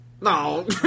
No